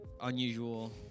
unusual